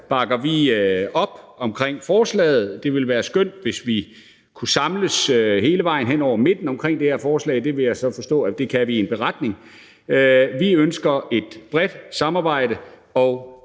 bakker vi op om forslaget. Det ville være skønt, hvis vi kunne samles hele vejen hen over midten omkring det her forslag, og det har jeg så forstået vi kan i en beretning. Vi ønsker et bredt samarbejde,